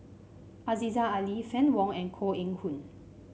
Aziza Ali Fann Wong and Koh Eng Hoon